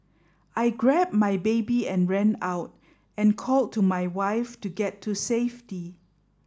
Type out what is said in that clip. I grabbed my baby and ran out and called to my wife to get to safety